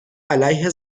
علیه